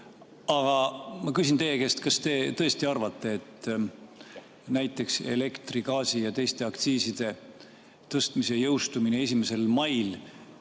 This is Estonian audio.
Aga ma küsin teie käest: kas te tõesti arvate, et näiteks elektri-, gaasi- ja teiste aktsiiside tõstmise jõustumine 1. mail